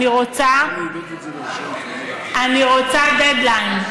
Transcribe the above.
אני רוצה דדליין.